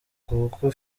kuko